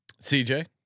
CJ